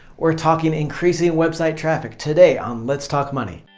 we're talking increasing website traffic today on let's talk money.